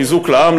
חיזוק לעם,